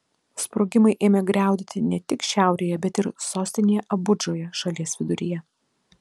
sprogimai ėmė griaudėti ne tik šiaurėje bet ir sostinėje abudžoje šalies viduryje